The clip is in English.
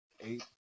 Eight